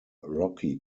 rocky